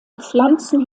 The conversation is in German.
pflanzen